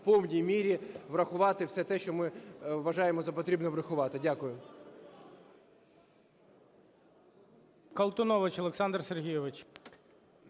в повній мірі врахувати все те, що ми вважаємо за потрібне врахувати. Дякую.